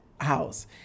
house